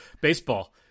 Baseball